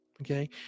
Okay